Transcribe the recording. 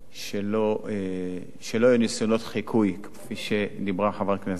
שלא יהיו ניסיונות חיקוי, כפי שאמרה חברת הכנסת